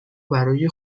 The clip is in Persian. برای